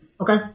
okay